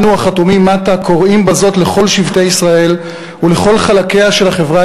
אנו החתומים מטה קוראים בזאת לכל שבטי ישראל ולכל חלקיה של החברה